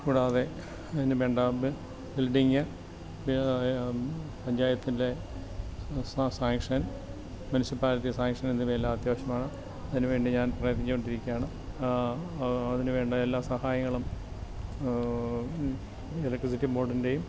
കൂടാതെ അതിന് വേണ്ട ബിൽഡിങ്ങ് പഞ്ചായത്തിൻ്റെ സാങ്ഷൻ മുൻസിപ്പാലിറ്റി സാങ്ഷൻ എന്നിവയെല്ലാം അത്യാവശ്യമാണ് അതിനുവേണ്ടി ഞാൻ പ്രയത്നിച്ചുകൊണ്ട് ഇരിക്കുകയാണ് അതിനുവേണ്ട എല്ലാ സഹായങ്ങളും ഇലക്ട്രിസിറ്റി ബോഡിൻ്റെയും